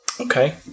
Okay